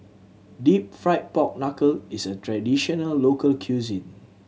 Deep Fried Pork Knuckle is a traditional local cuisine